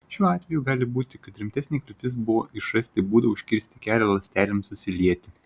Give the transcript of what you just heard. šiuo atveju gali būti kad rimtesnė kliūtis buvo išrasti būdą užkirsti kelią ląstelėms susilieti